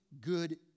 good